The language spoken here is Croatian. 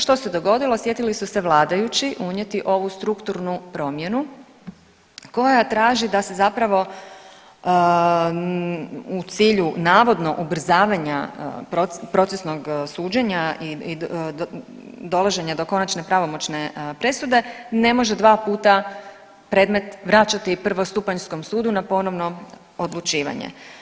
Što se dogodilo, sjetili su se vladajući unijeti ovu strukturnu promjenu koja traži da se zapravo u cilju navodno ubrzavanja procesnog suđenja i dolaženja do konačne pravomoćne presude ne može dva puta predmet vraćati prvostupanjskom sudu na ponovno odlučivanje.